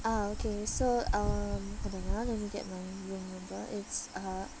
uh okay so um hold on ah let me get my room number it's uh